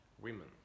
women